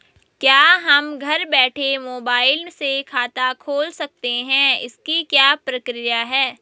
क्या हम घर बैठे मोबाइल से खाता खोल सकते हैं इसकी क्या प्रक्रिया है?